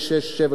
שבע שנים?